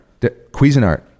Cuisinart